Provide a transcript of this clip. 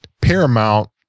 paramount